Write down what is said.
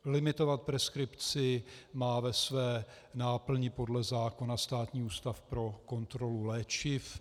Limitovat preskripci má ve své náplni podle zákona Státní ústav pro kontrolu léčiv.